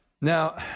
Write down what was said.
Now